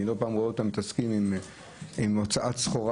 אני לא פעם רואה אותם מתעסקים עם הוצאת סחורה